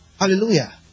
Hallelujah